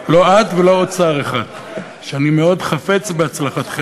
לא את ולא שר האוצר שאני מאוד חפץ בהצלחתכם.